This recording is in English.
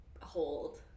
hold